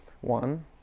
One